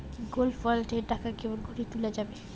Gold bond এর টাকা কেমন করি তুলা যাবে?